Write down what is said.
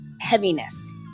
heaviness